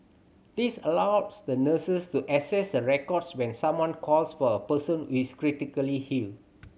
this allows the nurses to access the records when someone calls for a person who is critically ill